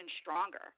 stronger